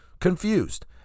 confused